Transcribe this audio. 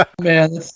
Man